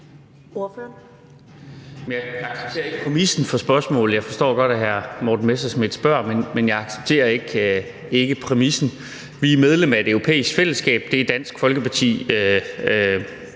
jeg accepterer ikke præmissen for spørgsmålet. Jeg forstår godt, at hr. Morten Messerschmidt spørger, men jeg accepterer ikke præmissen. Vi er medlem af et europæisk fællesskab, og det er Dansk Folkeparti